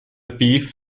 thief